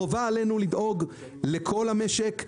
חובה עלינו לדאוג לכל המשק.